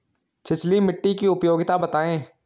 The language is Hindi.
छिछली मिट्टी की उपयोगिता बतायें?